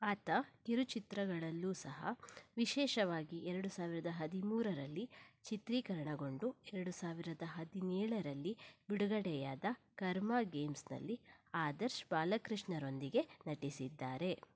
ಆತ ಕಿರುಚಿತ್ರಗಳಲ್ಲೂ ಸಹ ವಿಶೇಷವಾಗಿ ಎರಡು ಸಾವಿರದ ಹದಿಮೂರರಲ್ಲಿ ಚಿತ್ರೀಕರಣಗೊಂಡು ಎರಡು ಸಾವಿರದ ಹದಿನೇಳರಲ್ಲಿ ಬಿಡುಗಡೆಯಾದ ಕರ್ಮ ಗೇಮ್ಸ್ನಲ್ಲಿ ಆದರ್ಶ್ ಬಾಲಕೃಷ್ಣರೊಂದಿಗೆ ನಟಿಸಿದ್ದಾರೆ